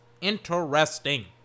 Interesting